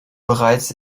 bereits